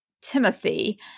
Timothy